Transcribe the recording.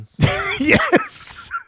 Yes